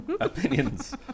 Opinions